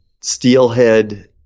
steelhead